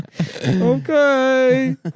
Okay